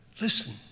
Listen